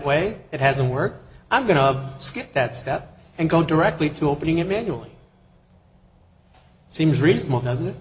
way it hasn't worked i'm going to of skip that step and go directly to opening it manually seems really small doesn't it